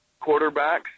quarterbacks